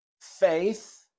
faith